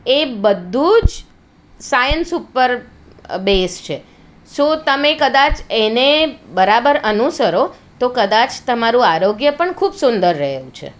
એ બધું જ સાયન્સ ઉપર બેઝ છે સો તમે કદાચ એને બરાબર અનુસરો તો કદાચ તમારું આરોગ્ય પણ ખૂબ સુંદર રહે એવું છે